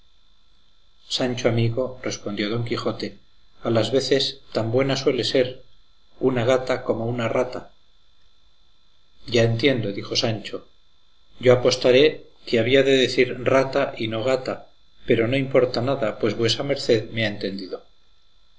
sancho amigo respondió don quijote a las veces tan buena suele ser una gata como una rata ya entiendo dijo sancho yo apostaré que había de decir rata y no gata pero no importa nada pues vuesa merced me ha entendido